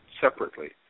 separately